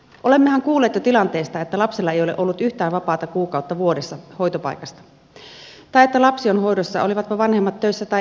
olemmehan kuulleet jo tilanteesta että lapsella ei ole ollut yhtään vapaata kuukautta vuodessa hoitopaikasta tai että lapsi on hoidossa olivatpa vanhemmat töissä tai eivät